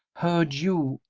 heard you,